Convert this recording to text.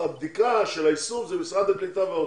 הבדיקה של היישום זה משרד הקליטה והאוצר.